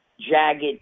Jagged